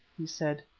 he said.